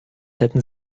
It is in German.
hätten